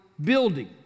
building